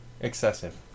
excessive